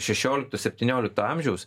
šešiolikto septyniolikto amžiaus